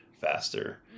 faster